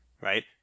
right